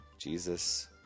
Jesus